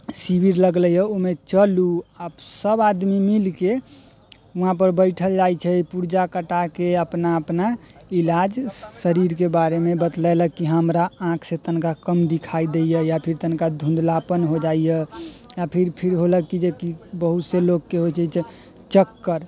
शिविर लगलैए आ ओहिमे चलू आ सभआदमी मिल कऽ वहाँपर बैठल जाइत छै पुर्जा कटा कऽ अपना अपना इलाज शरीरके बारेमे बतलेलक कि हमरा आँखिसँ तनिका कम देखाइ दैए या फेर तनिका धुँधलापन हो जाइए या फेर फिर होलै कि जेकि बहुतसँ लोककेँ होइत छै जे चक्कर